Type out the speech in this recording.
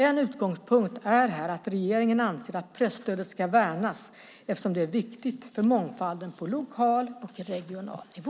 En utgångspunkt är här att regeringen anser att presstödet ska värnas, eftersom det är viktigt för mångfalden på lokal och regional nivå.